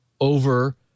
over